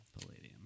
Palladium